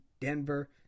Denver